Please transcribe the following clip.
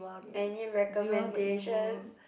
any recommendations